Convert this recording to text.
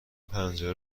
پنجره